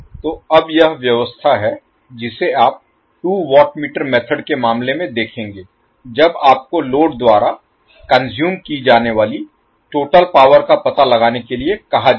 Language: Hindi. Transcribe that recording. तो अब यह व्यवस्था है जिसे आप 2 वाट मीटर मेथड के मामले में देखेंगे जब आपको लोड द्वारा कॉनसूएम की जाने वाली टोटल पावर का पता लगाने के लिए कहा जाएगा